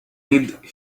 need